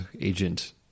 agent